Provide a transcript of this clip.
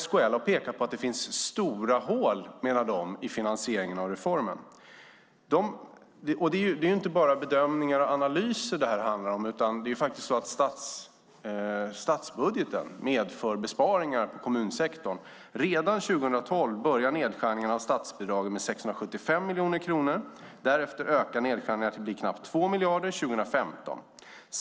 SKL har pekat på att det finns stora hål i finansieringen av reformen. Det är inte bara bedömningar och analyser detta handlar om, utan statsbudgeten medför besparingar på kommunsektorn. Redan 2012 börjar nedskärningarna av statsbidragen med 675 miljoner kronor. Därefter ökar nedskärningarna till att bli knappt 2 miljarder 2015.